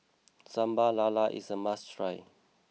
Sambal Lala is a must try